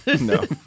no